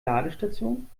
ladestation